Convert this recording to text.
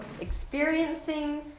experiencing